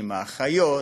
עם האחיות,